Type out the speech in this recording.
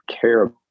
care